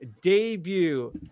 debut